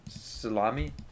Salami